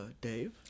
Dave